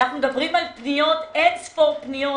אנחנו מדברים על אין ספור פניות,